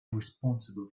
responsible